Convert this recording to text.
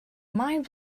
mind